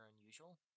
unusual